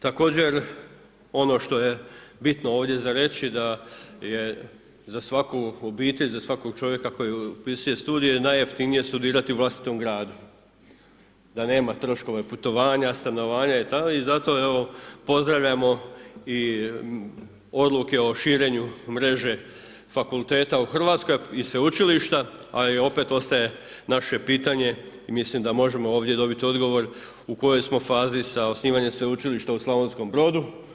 Također, ono što je bitno ovdje za reći, je da je za svaku obitelj, za svakog čovjeka koji upisuje studije, najjeftinije studirati u vlastitom gradu, da nema troškove putovanja, stanovanja itd. i zato pozdravljamo odluke o širenju mreže fakulteta u Hrvatskoj i sveučilišta a i opet ostaje naše pitanje i mislim da ovdje možemo dobiti odgovor u kojom smo fazi sa osnivanjem Sveučilišta u Slavonskom Brodu.